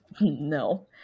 No